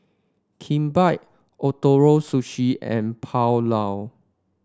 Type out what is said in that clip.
Kimbap Ootoro Sushi and Pulao